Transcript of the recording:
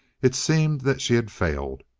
it seemed that she had failed.